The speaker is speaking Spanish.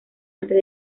antes